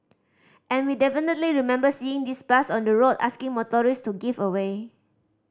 and we definitely remember seeing this bus on the road asking motorists to give away